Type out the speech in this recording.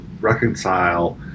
reconcile